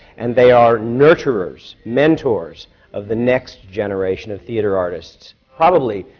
and they are nurturers, mentors of the next generation of theatre artists probably,